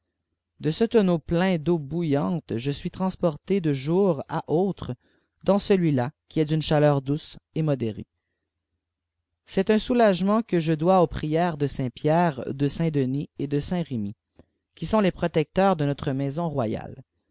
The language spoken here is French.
de ce tonneau plein deau bouillante je suis transporté de jour à autre dans celmi l qui est d'une chaleur douce et modérée c'est jin soulagement que jç déis aux prières de saint pierre de saiftt denis et de saintrmi qui soilt les protecteurs de notre maison royale